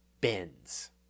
bends